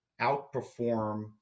outperform